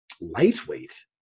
lightweight